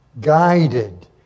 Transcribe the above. guided